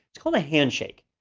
called a handshake,